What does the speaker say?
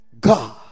God